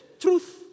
Truth